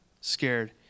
Scared